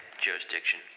jurisdiction